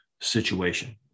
situation